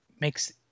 makes